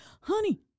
honey